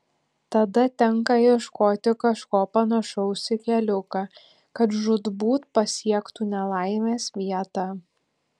tada tenka ieškoti kažko panašaus į keliuką kad žūtbūt pasiektų nelaimės vietą